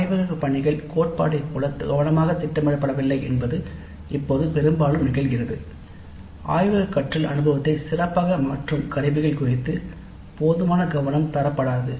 ஆய்வகப் பணிகள் கோட்பாட்டைப் போல கவனமாக திட்டமிடப்படவில்லை என்பது இப்போது பெரும்பாலும் நிகழ்கிறது ஆய்வக கற்றல் அனுபவத்தை சிறப்பாக மாற்றும் கருவிகள் குறித்து போதுமான கவனம் தரப்படாது